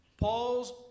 Paul's